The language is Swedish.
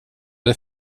det